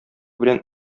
белән